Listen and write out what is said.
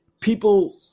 People